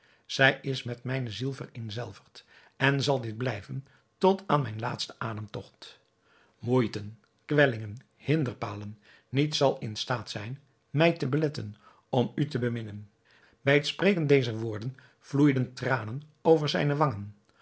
zij is met mijne ziel vereenzelvigd en zal dit blijven tot aan mijn laatsten ademtogt moeiten kwellingen hinderpalen niets zal in staat zijn mij te beletten om u te beminnen bij het spreken dezer woorden vloeiden tranen over zijne wangen